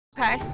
Okay